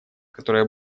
которое